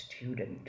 student